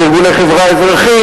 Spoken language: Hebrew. לארגוני חברה אזרחית,